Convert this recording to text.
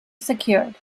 secured